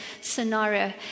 scenario